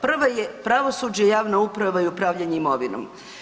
Prva je pravosuđe, javna uprava i upravljanje imovinom.